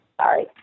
Sorry